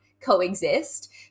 coexist